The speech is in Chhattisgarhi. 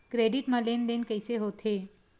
क्रेडिट मा लेन देन कइसे होथे?